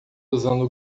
usando